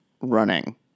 running